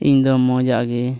ᱤᱧ ᱫᱚ ᱢᱚᱡᱟᱜ ᱜᱮ